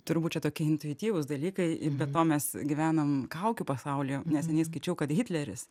turbūt čia tokie intuityvūs dalykai ir be to mes gyvenam kaukių pasaulyje neseniai skaičiau kad hitleris